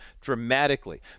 dramatically